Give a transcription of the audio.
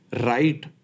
right